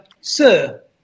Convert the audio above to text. Sir